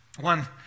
One